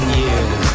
years